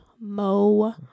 mo